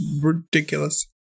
ridiculous